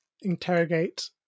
interrogate